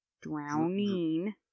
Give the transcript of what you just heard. Drowning